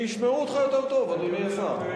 ישמעו אותך יותר טוב, אדוני השר.